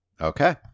Okay